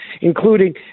including